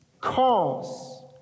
cause